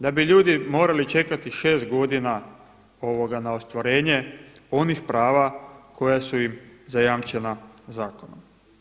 Da bi ljudi morali čekati 6 godina na ostvarenje onih prava koja su im zajamčena zakonom.